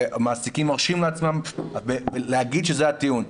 שהמעסיקים מרשים לעצמם להגיד שזה הטיעון.